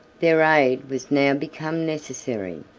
their aid was now become necessary.